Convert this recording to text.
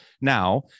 Now